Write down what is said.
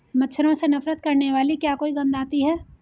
मच्छरों से नफरत करने वाली क्या कोई गंध आती है?